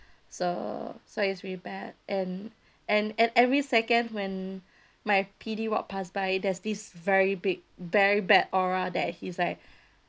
so so it's really bad and and and every second when my P_D walk past by there's this very big very bad aura that he's like